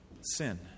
sin